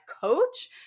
coach